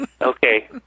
Okay